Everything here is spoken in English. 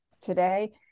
today